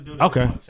Okay